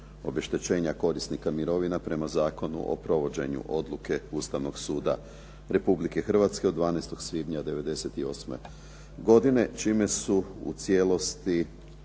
obeštećenja korisnika mirovina prema Zakonu o provođenju odluke Ustavnog suda Republike Hrvatske od 12. svibnja '98. godine čime su u cijelosti